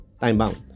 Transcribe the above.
time-bound